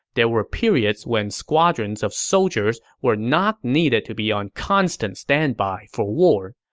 there were periods when squadrons of soldiers were not needed to be on constant standby for war,